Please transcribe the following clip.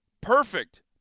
perfect